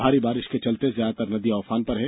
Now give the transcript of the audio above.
भारी बारिष के चलते ज्यादातर नदियां उफान पर हैं